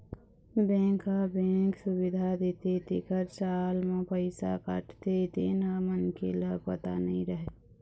bank ह bank सुबिधा देथे तेखर साल म पइसा काटथे तेन ह मनखे ल पता नइ रहय